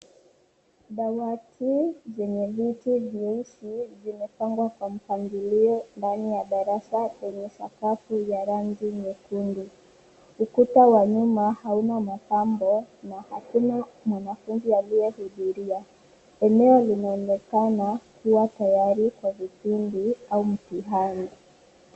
Dawati zenye viti vyeusi vimepangwa kwa mpangilio ndani ya darasa lenye sakafu ya rangi nyekundu. Ukuta wa nyuma hauna mapambo na hakuna mwanafunzi aliyehudhuria. Eneo linaonekana kuwa tayari kwa vipindi au mtihani.